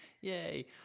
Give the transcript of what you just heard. Yay